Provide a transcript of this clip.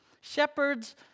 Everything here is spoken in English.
Shepherds